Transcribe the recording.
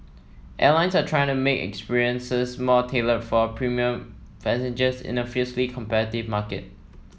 airlines are trying to make experiences more tailored for premium passengers in a fiercely competitive market